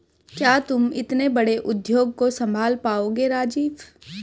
क्या तुम इतने बड़े उद्योग को संभाल पाओगे राजीव?